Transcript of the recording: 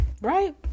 Right